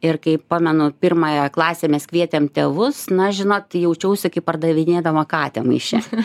ir kai pamenu pirmąją klasę mes kvietėm tėvus na žinot jaučiausi kaip pardavinėdama katę maiše